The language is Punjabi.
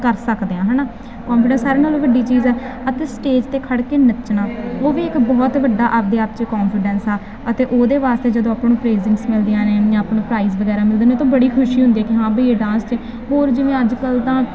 ਕਰ ਸਕਦੇ ਹਾਂ ਹੈ ਨਾ ਕੋਂਫੀਡੈਂਸ ਸਾਰਿਆਂ ਨਾਲੋਂ ਵੱਡੀ ਚੀਜ਼ ਹੈ ਅਤੇ ਸਟੇਜ 'ਤੇ ਖੜ੍ਹ ਕੇ ਨੱਚਣਾ ਉਹ ਵੀ ਇੱਕ ਬਹੁਤ ਵੱਡਾ ਆਪਦੇ ਆਪ 'ਚ ਕੋਨਫੀਡੈਂਸ ਆ ਅਤੇ ਉਹਦੇ ਵਾਸਤੇ ਜਦੋਂ ਆਪਾਂ ਨੂੰ ਪਰੈਸਿੰਗਸ ਮਿਲਦੀਆਂ ਨੇ ਜਾਂ ਆਪਾਂ ਨੂੰ ਪ੍ਰਾਈਜ਼ ਵਗੈਰਾ ਮਿਲਦੇ ਨੇ ਤਾਂ ਬੜੀ ਖੁਸ਼ੀ ਹੁੰਦੀ ਕਿ ਹਾਂ ਬਈ ਇਹ ਡਾਂਸ 'ਚ ਹੋਰ ਜਿਵੇਂ ਅੱਜਕੱਲ੍ਹ ਤਾਂ